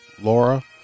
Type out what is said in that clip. Laura